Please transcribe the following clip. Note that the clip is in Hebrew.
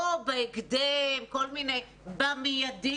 לא בהקדם, במיידי.